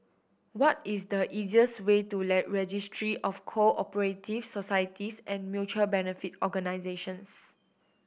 what is the easiest way to Registry of Co Operative Societies and Mutual Benefit Organisations